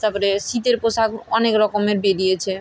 তার পরে শীতের পোশাক অনেক রকমের বেরিয়েছে